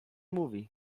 mówi